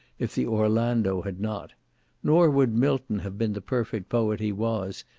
if the orlando had not nor would milton have been the perfect poet he was,